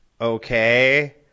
okay